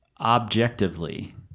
objectively